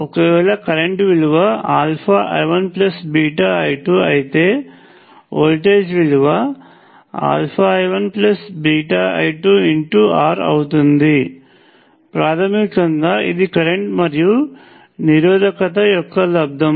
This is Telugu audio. ఒకవేళ కరెంట్ విలువ I1I2అయితే వోల్టేజ్ విలువ I1I2R అవుతుంది ప్రాథమికంగా ఇది కరెంట్ మరియు నిరోధకత యొక్క లబ్దము